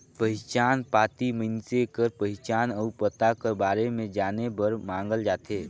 पहिचान पाती मइनसे कर पहिचान अउ पता कर बारे में जाने बर मांगल जाथे